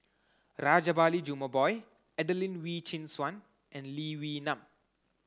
Rajabali Jumabhoy Adelene Wee Chin Suan and Lee Wee Nam